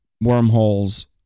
wormholes